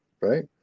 right